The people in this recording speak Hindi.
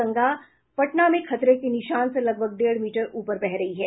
गंगा पटना में खतरे के निशान से लगभग डेढ़ मीटर ऊपर बह रही है